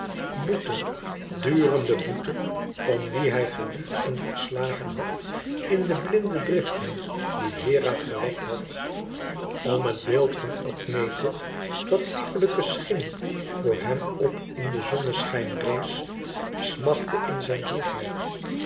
boete durende boete om wie hij geliefd en verslagen had in de blinde driften die hera verwekt had om het beeld van admete dat lieflijke schim voor hem op in den zonneschijn rees smachtte in zijn